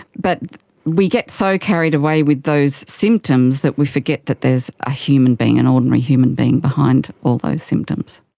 but we get so carried away with those symptoms that we forget that there is a human being, an ordinary human being behind all those symptoms.